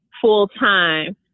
full-time